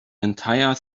entire